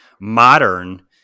modern